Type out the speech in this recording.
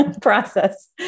process